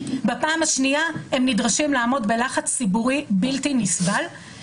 בפעם השנייה הם נדרשים לעמוד בלחץ ציבורי בלתי נסבל,